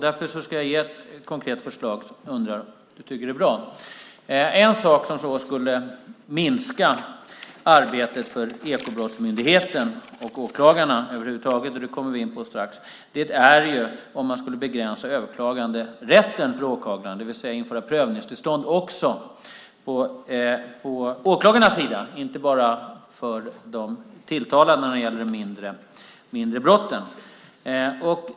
Därför ska jag ge ett konkret förslag som jag undrar om du tycker är bra. En sak som kan minska arbetet för Ekobrottsmyndigheten och åklagarna över huvud taget, och det kommer vi in på strax, är om man skulle begränsa överklaganderätten för åklagarna, det vill säga införa prövningstillstånd på åklagarnas sida och inte bara för de tilltalade när det gäller de mindre brotten.